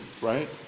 right